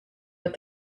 but